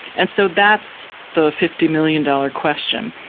and so that's the fifty million dollar question.